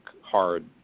hard